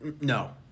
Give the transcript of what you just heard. No